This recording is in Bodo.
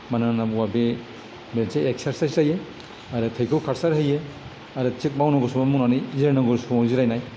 मानो होनना बुङोबा बे मोनसे एक्सारसाइस जायो आरो थैखौ खारसार होयो आरो थिक मावनांगौ समाव मावनानै जिरायनांगौ समाव जिरायनाय